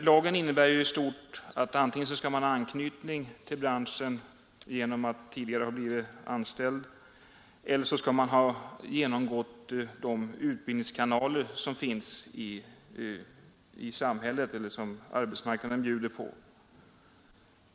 Lagen innebär i stort sett att man antingen skall ha anknytning till branschen genom att tidigare ha blivit anställd eller ha genomgått de utbildningskanaler som finns i samhället eller som arbetsmarknaden bjuder på.